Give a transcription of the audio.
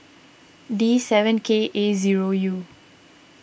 D seven K A zero U